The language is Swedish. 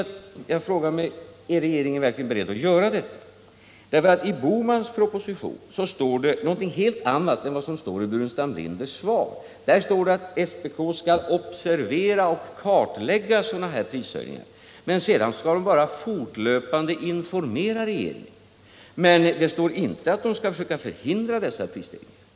Men jag frågar mig: Är regeringen verkligen beredd att göra detta? I Bohmans proposition står det nämligen något helt annat än vad Burenstam Linder sade i sitt svar till mig. I propositionen heter det att SPK skall observera och kartlägga sådana prishöjningar, men sedan bara fortlöpande informera regeringen om dessa. Det står inte att man skall försöka hindra dessa prisstegringar.